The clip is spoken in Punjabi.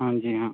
ਹਾਂਜੀ ਹਾਂ